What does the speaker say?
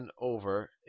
over